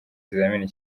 ikizamini